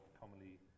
commonly